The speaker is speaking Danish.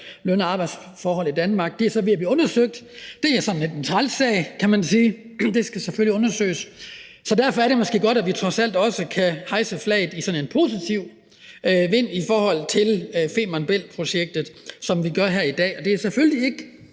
løn- og arbejdsforhold i Danmark osv. Det er så ved at blive undersøgt. Det er sådan lidt en træls sag, kan man sige, og det skal selvfølgelig undersøges. Så derfor er det måske godt, at vi trods alt også kan hejse flaget i sådan en positiv vind i forhold til Femern Bælt-projektet, som vi gør her i dag. Det er selvfølgelig ikke